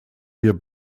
wir